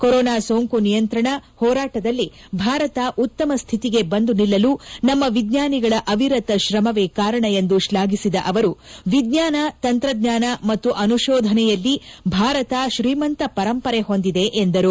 corona ಸೊಂಕು ನಿಯಂತ್ರಣ ಹೋರಾಟದಲ್ಲಿ ಭಾರತ ಉತ್ತಮ ಸ್ಥಿತಿಗೆ ಬಂದು ನಿಲ್ಲಲು ನಮ್ಮ ವಿಜ್ಞಾನಿಗಳ ಅವಿರತ ಶ್ರಮವೇ ಕಾರಣ ಎಂದು ಶ್ಲಾಘಿಸಿದ ಅವರು ವಿಜ್ಞಾನ ತಂತ್ರಜ್ಞಾನ ಮತ್ತು ಅನುಶೋಧನೆಯಲ್ಲಿ ಭಾರತ ಶ್ರೀಮಂತ ಪರಂಪರೆ ಹೊಂದಿದೆ ಎಂದರು